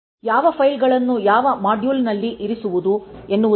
ಯಾವ ಫೈಲ್ಗಳನ್ನು ಯಾವ ಮಾಡ್ಯೂಲ್ನಲ್ಲಿ ಇರಿಸುವುದು ಎನ್ನುವುದಲ್ಲ